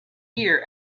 year